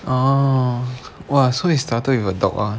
oh 哇 so it started with her dog ah